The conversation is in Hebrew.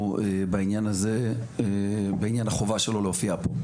בעניין הזה בעניין החובה שלו להופיע פה,